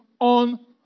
on